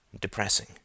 depressing